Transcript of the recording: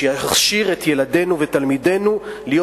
שיכשיר את ילדינו ותלמידינו להיות